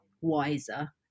wiser